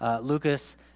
Lucas